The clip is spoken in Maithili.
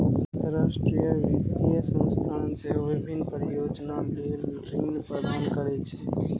अंतरराष्ट्रीय वित्तीय संस्थान सेहो विभिन्न परियोजना लेल ऋण प्रदान करै छै